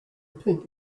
pink